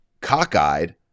cockeyed